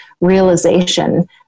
realization